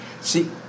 see